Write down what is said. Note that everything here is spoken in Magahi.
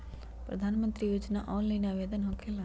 प्रधानमंत्री योजना ऑनलाइन आवेदन होकेला?